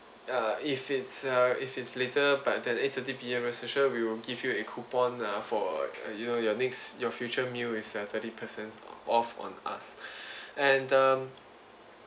uh if it's uh if it's later by then eight thirty P_M rest assure we'll give you a coupon uh for you know your next your future meal is err thirty percent off on us and the